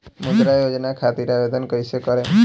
मुद्रा योजना खातिर आवेदन कईसे करेम?